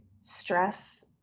stress